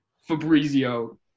Fabrizio